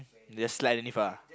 just slide and leave ah